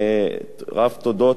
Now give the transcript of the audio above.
רוב תודות,